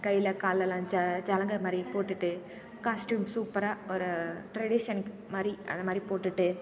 கையில் கால்லலாம் ஜ ஜலங்கை மாதிரி போட்டுகிட்டு காஸ்ட்யூம் சூப்பராக ஒரு டிரெடிஷன் மாதிரி அந்த மாதிரி போட்டுகிட்டு